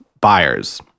buyers